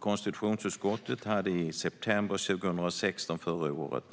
Konstitutionsutskottet hade i september 2016,